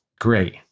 Great